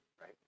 right